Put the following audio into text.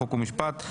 חוק ומשפט,